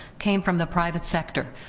came from the private sector,